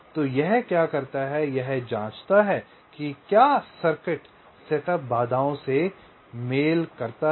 तो यह क्या करता है कि यह जांचता है कि क्या सर्किट सेटअप बाधाओं से मिलता है